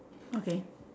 okay